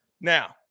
Now